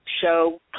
show